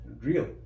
real